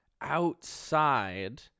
outside